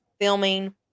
filming